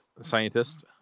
scientist